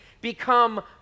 become